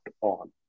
ON